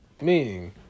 Meaning